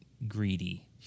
greedy